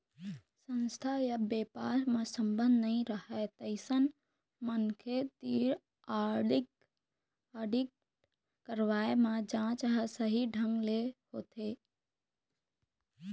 संस्था य बेपार म संबंध नइ रहय तइसन मनखे तीर आडिट करवाए म जांच ह सही ढंग ले होथे